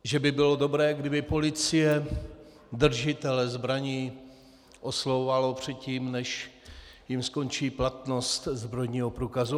Že by bylo dobré, kdyby policie držitele zbraní oslovovala předtím, než jim skončí platnost zbrojního průkazu.